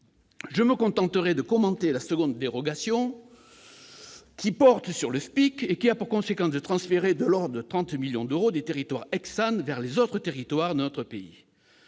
Je me contenterai de commenter la seconde dérogation, qui porte sur le FPIC et qui a pour conséquence de transférer de l'ordre de 30 millions d'euros des territoires « ex-SAN » vers les autres territoires de notre pays.